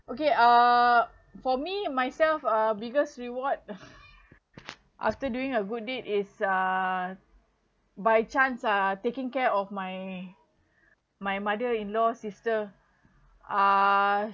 okay uh for me myself uh biggest reward after during a good deed is uh by chance uh taking care of my my mother-in-law’s sister uh